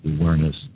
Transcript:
awareness